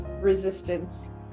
resistance